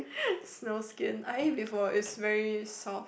snow skin I eat before it's very soft